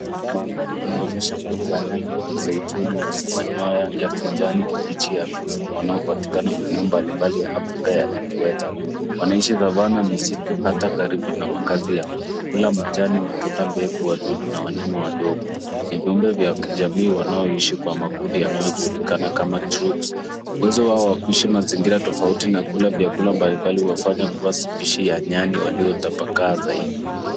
Mandhari inaonyesha kundi la nyani wa mzaituni wenye manyoya ya kijani kibichi hafifu wanaopatikana maeneo mbalimbali ya Afrika ya Equator . Wanaishi savanna misitu hata karibu na makazi ya watu. Hula majani, matunda, mbegu, wadudu na wanyama wadogo. Ni viumbe vya kijamii wanaoishi kwa makundi yanayojulikana kama troops . Uwezo wao wa kuishi mazingira tofauti na kula vyakula mbalimbali huwafanya kuwa spishi ya nyani waliotapakaa zaidi.